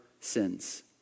sins